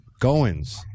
Goins